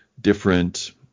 different